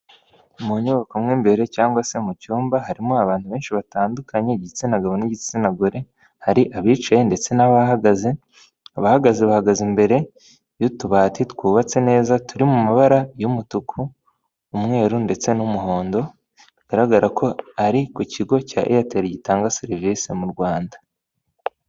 Mu nyubako mo imbere cyangwa se mu cyumba harimo abantu benshi batandukanye, igitsina gabo n'igitsina gore, hari abicaye ndetse n'abahagaze, abahagaze bahagaze imbere y'utubati twubatse neza turi mu mabara y'umutuku, umweru, ndetse n'umuhondo, bigaragara ko ari ku kigo cya eyateri gitanga serivisi mu Rwanda.